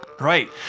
Right